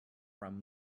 from